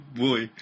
boy